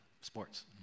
sports